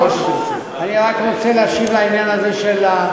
אני רק רוצה להשיב לעניין הזה של,